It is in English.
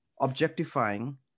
Objectifying